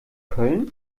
köln